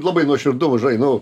labai nuoširdu va žinai nu